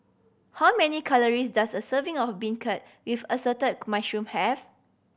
how many calories does a serving of beancurd with assorted mushroom have